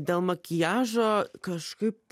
dėl makiažo kažkaip